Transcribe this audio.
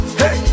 hey